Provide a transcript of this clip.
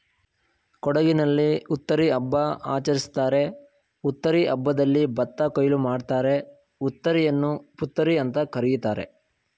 ಕೊಡಗಿನಲ್ಲಿ ಹುತ್ತರಿ ಹಬ್ಬ ಆಚರಿಸ್ತಾರೆ ಹುತ್ತರಿ ಹಬ್ಬದಲ್ಲಿ ಭತ್ತ ಕೊಯ್ಲು ಮಾಡ್ತಾರೆ ಹುತ್ತರಿಯನ್ನು ಪುತ್ತರಿಅಂತ ಕರೀತಾರೆ